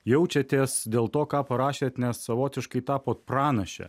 jaučiatės dėl to ką parašėt nes savotiškai tapot pranaše